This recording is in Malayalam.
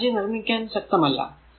അത് എനർജി നിർമിക്കാൻ ശക്തമല്ല